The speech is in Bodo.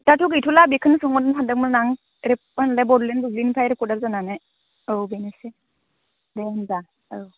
दाथ' गैथ'ला बेखौनो सोंहरनो सानदोंमोन आं मानो होनमोनलाय बड'लेन्ड बुब्लिनिफ्राय रिपरटार जानानै औ बेनोसै दे होमब्ला औ